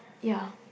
yeah